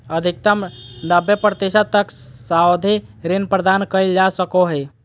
अधिकतम नब्बे प्रतिशत तक सावधि ऋण प्रदान कइल जा सको हइ